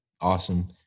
awesome